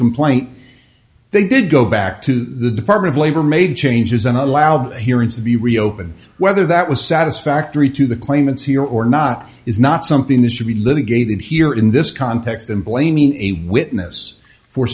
complaint they did go back to the department of labor made changes and allowed hearings be reopened whether that was satisfactory to the claimants here or not is not something that should be litigated here in this context and blaming a witness for